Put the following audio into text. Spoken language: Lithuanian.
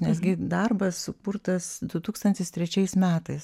nes gi darbas sukurtas du tūkstantis trečiais metais